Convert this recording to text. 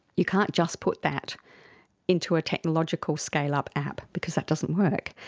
you can't just put that into a technological scale-up app because that doesn't work.